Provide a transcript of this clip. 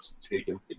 taken